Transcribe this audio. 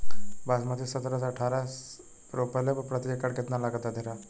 बासमती सत्रह से अठारह रोपले पर प्रति एकड़ कितना लागत अंधेरा?